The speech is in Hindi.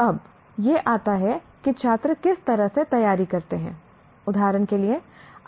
अब यह आता है कि छात्र किस तरह से तैयारी करते हैं उदाहरण के लिए